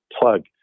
plug